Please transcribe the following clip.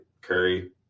Curry